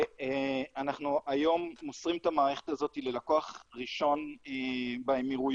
ואנחנו היום מוסרים את המערכת הזאת ללקוח הראשון באמירויות.